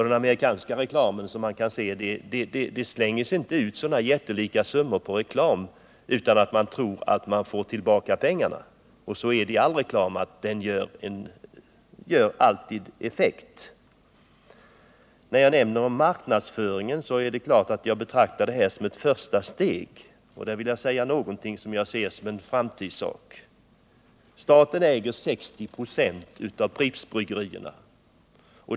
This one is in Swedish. Det skulle inte heller användas sådana jättelika summor på reklam som i t.ex. USA om man inte trodde att man skulle få tillbaka pengarna. Det är likadant med all reklam — den har alltid effekt. När jag nämner marknadsföringen är det klart att jag betraktar det föreliggande förslaget som ett första steg, och jag vill nu ta upp något som bör följa senare. Staten äger 60 96 av AB Pripps Bryggerier.